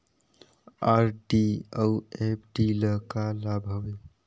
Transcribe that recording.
RD अऊ FD ल का लाभ हवे?